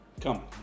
come